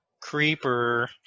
Creeper